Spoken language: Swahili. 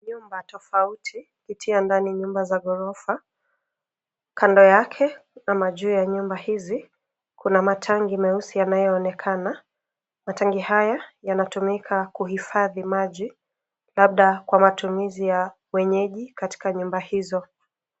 Nyumba tofauti ukitia ndani nyumba za ghorofa, kando yake ama juu ya nyumba hizi kuna matangi meusi yanayoonekana. Matangi haya yanatumika kuhifadhi maji labda kwa matumizi ya wenyeji katika nyumba hizo.